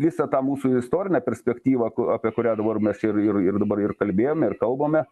visą tą mūsų istorinę perspektyvą ku apie kurią dabar mes ir ir ir dabar ir kalbėjome ir kalbame